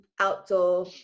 outdoor